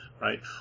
right